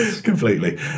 completely